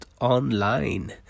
online